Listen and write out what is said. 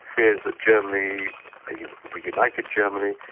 fears that germany, a reunited germany,